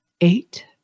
eight